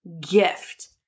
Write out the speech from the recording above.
gift